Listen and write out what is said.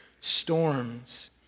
storms